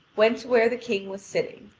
went to where the king was sitting.